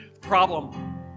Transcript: problem